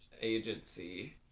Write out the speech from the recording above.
agency